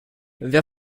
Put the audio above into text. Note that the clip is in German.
wer